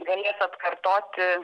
galėtų atkartoti